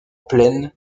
plaine